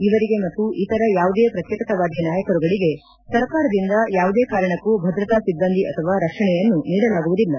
ಇವರಿಗೆ ಮತ್ತು ಇತರ ಯಾವುದೇ ಪ್ರತೇಕತಾವಾದಿ ನಾಯಕರುಗಳಿಗೆ ಸರ್ಕಾರದಿಂದ ಯಾವುದೇ ಕಾರಣಕ್ಕೂ ಭದ್ರತಾ ಸಿಬ್ಲಂದಿ ಅಥವಾ ರಕ್ಷಣೆಯನ್ನು ನೀಡಲಾಗುವುದಿಲ್ಲ